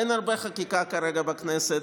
אין הרבה חקיקה כרגע בכנסת.